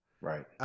Right